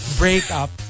breakup